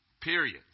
Period